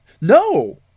no